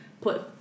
put